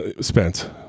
Spence